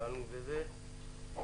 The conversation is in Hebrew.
פחות או יותר הצגת את זה ונגענו בזה.